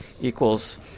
equals